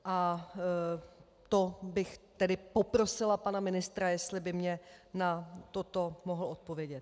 A to bych tedy poprosila pana ministra, jestli by mě na toto mohl odpovědět.